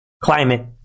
climate